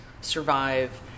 survive